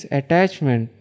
attachment